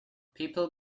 people